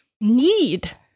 need